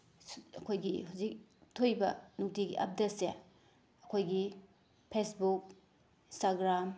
ꯑꯩꯈꯣꯏꯒꯤ ꯍꯧꯖꯤꯛ ꯊꯣꯛꯂꯤꯕ ꯅꯨꯡꯇꯤꯒꯤ ꯑꯞꯗꯦꯠꯁꯦ ꯑꯩꯈꯣꯏꯒꯤ ꯐꯦꯁꯕꯨꯛ ꯏꯟꯁꯇꯥꯒ꯭ꯔꯥꯝ